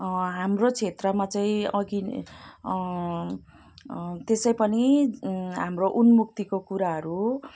हाम्रो क्षेत्रमा चाहिँ अघि त्यसै पनि हाम्रो उन्मुक्तिको कुराहरू